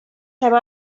time